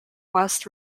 whilst